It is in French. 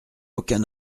aucun